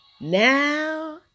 now